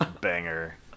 banger